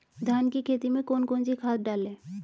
धान की खेती में कौन कौन सी खाद डालें?